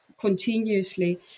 continuously